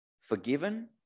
forgiven